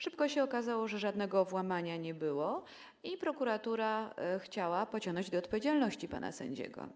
Szybko się okazało, że żadnego włamania nie było i prokuratura chciała pociągnąć do odpowiedzialności pana sędziego.